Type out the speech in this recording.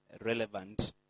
relevant